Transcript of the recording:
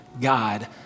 God